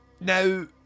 Now